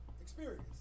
Experience